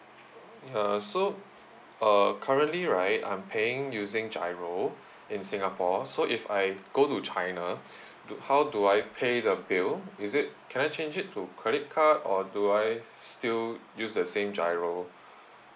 ya so uh currently right I'm paying using GIRO in singapore so if I go to china do how do I pay the bill is it can I change it to credit card or do I still use the same GIRO